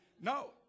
No